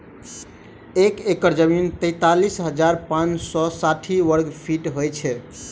एक एकड़ जमीन तैँतालिस हजार पाँच सौ साठि वर्गफीट होइ छै